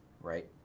right